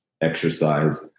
exercise